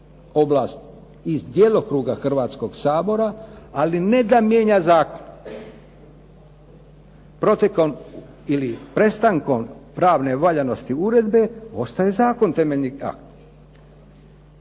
oblast iz djelokruga Hrvatskog sabora, ali ne da mijenja zakon. Prestankom pravne valjanosti uredbe, ostaje zakon temeljni